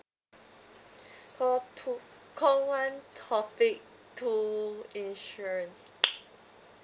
call two call one topic two insurance